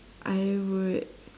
I would